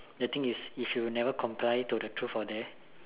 the thing is if you never comply to the truth or dare